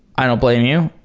i don't blame you,